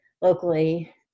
locally